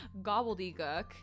gobbledygook